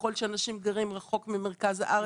ככל שאנשים גרים רחוק ממרכז הארץ,